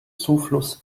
zufluss